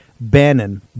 Bannon